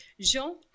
Jean